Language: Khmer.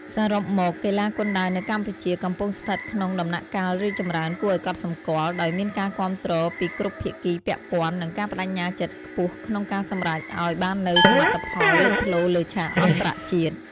សរុបមក កីឡាគុនដាវនៅកម្ពុជាកំពុងស្ថិតក្នុងដំណាក់កាលរីកចម្រើនគួរឱ្យកត់សម្គាល់ ដោយមានការគាំទ្រពីគ្រប់ភាគីពាក់ព័ន្ធ និងការប្តេជ្ញាចិត្តខ្ពស់ក្នុងការសម្រេចអោយបាននូវសមិទ្ធផលលេចធ្លោលើឆាកអន្តរជាតិ។